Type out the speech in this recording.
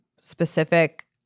specific